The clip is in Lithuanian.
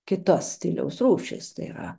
kitas stiliaus rūšis tai yra